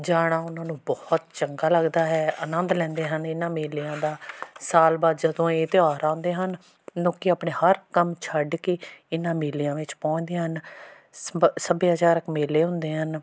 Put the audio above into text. ਜਾਣਾ ਉਹਨਾਂ ਨੂੰ ਬਹੁਤ ਚੰਗਾ ਲੱਗਦਾ ਹੈ ਆਨੰਦ ਲੈਂਦੇ ਹਨ ਇਹਨਾਂ ਮੇਲਿਆਂ ਦਾ ਸਾਲ ਬਾਅਦ ਜਦੋਂ ਇਹ ਤਿਉਹਾਰ ਆਉਂਦੇ ਹਨ ਲੋਕ ਆਪਣੇ ਹਰ ਕੰਮ ਛੱਡ ਕੇ ਇਹਨਾਂ ਮੇਲਿਆਂ ਵਿੱਚ ਪਹੁੰਦੇ ਹਨ ਸੱਭ ਸੱਭਿਆਚਾਰਕ ਮੇਲੇ ਹੁੰਦੇ ਹਨ